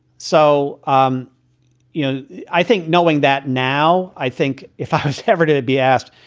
so, um you know, i think knowing that now, i think if i was ever to be asked,